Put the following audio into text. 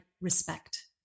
respect